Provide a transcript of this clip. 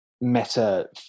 meta